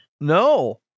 No